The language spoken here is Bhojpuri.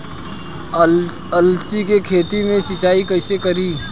अलसी के खेती मे सिचाई कइसे करी?